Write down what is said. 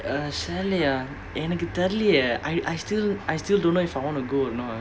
uh chalet ah எனக்கு தெரிலயே:enakku terilayae eh I I still I still don't know if I want to go or not